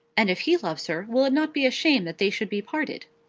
and if he loves her, will it not be a shame that they should be parted?